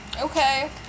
Okay